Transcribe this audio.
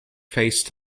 face